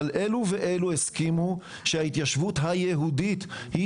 אבל אלו ואלו הסכימו שההתיישבות היהודית היא